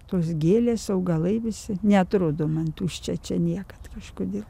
tos gėlės augalai visi neatrodo man tuščia čia niekad kažkodėl